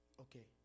Okay